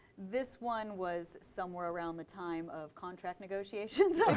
this one was somewhere around the time of contract negotiations,